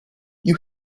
you